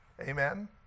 Amen